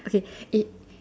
okay it